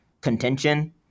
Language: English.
contention